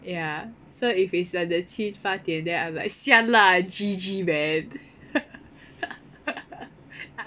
ya so if it's like the 七八点 then I'm like siam lah I G_G man